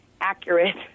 Accurate